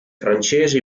francesi